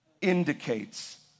indicates